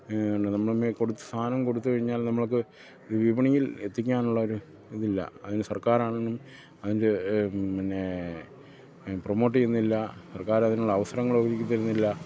നമ്മൾ കൊടുത്ത് സാധനം കൊടുത്തു കഴിഞ്ഞാൽ നമ്മൾക്ക് ഇത് വിപണിയിൽ എത്തിക്കാനുള്ള ഒരു ഇതില്ല അതിന് സർക്കാറാണെന്നും അതിൻ്റെ പിന്നെ പ്രൊമോട്ട ചെയ്യുന്നില്ല സർക്കാർ അതിനുള്ള അവസരങ്ങൾ ഒരുക്കി തരുന്നില്ല